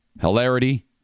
hilarity